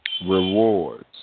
rewards